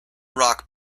rock